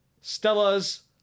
Stella's